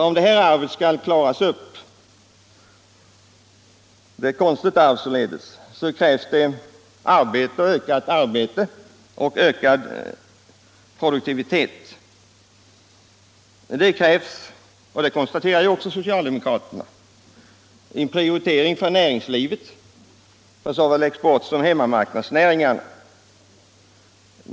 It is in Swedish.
Om det här arvet skall klaras upp — det är således ett konstigt arv — krävs det ökat arbete och ökad produktivitet. Det krävs — det konstaterar också socialdemokraterna — en prioritering av näringslivet, av såväl exportsom hemmamarknadsnäringar.